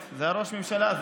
איזה ראש ממשלה?